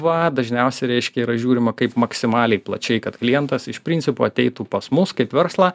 va dažniausiai reiškia yra žiūrima kaip maksimaliai plačiai kad klientas iš principo ateitų pas mus kaip verslą